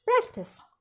practice